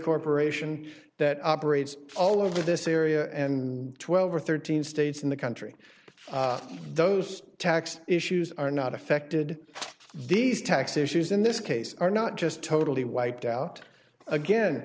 corporation that operates all over this area and twelve or thirteen states in the country those tax issues are not affected these tax issues in this case are not just totally wiped out again